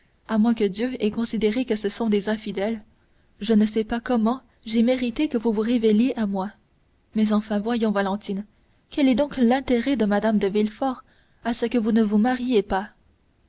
à moins que dieu ait considéré que ce sont des infidèles je ne sais pas comment j'ai mérité que vous vous révéliez à moi mais enfin voyons valentine quel est donc l'intérêt de mme de villefort à ce que vous ne vous mariiez pas